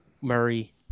Murray